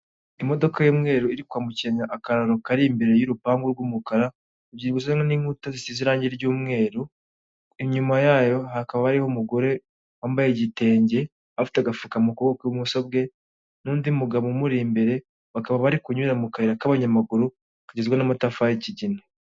Imodoka y'umweru iri kwambukiranya akantu kari imbere y'urupangu rw'umukara, byibuze n'inkuta zisize irangi ry'umweru, inyuma yayo hakaba hariho umugore wambaye igitenge afite agafuka mu kaboko k'ibumoso bwe n'undi mugabo umuri imbere bakaba bari kunyura mu kayira k'abanyamaguru kagizwe n'amatafari y'ikigina.